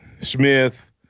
Smith